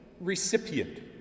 recipient